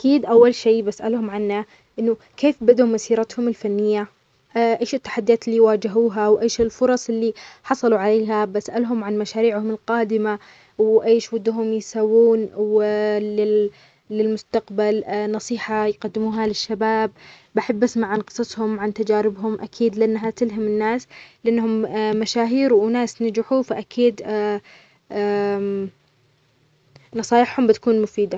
راح أسأله عن تجربته الشخصية ومسيرته المهنية. مثلاً: شنو أكبر تحدي واجهته في مسيرتك وكيف تعاملت معاه؟ كيف توازن بين حياتك الشخصية والمهنية في ظل الشهرة؟